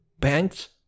pants